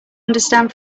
understand